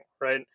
right